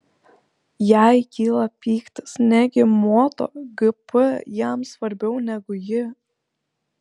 jai kyla pyktis negi moto gp jam svarbiau negu ji